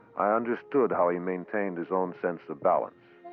i understood how he maintained his own sense of balance.